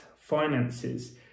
finances